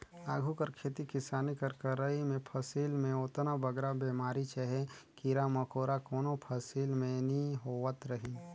आघु कर खेती किसानी कर करई में फसिल में ओतना बगरा बेमारी चहे कीरा मकोरा कोनो फसिल में नी होवत रहिन